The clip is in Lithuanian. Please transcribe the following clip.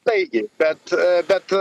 taigi bet bet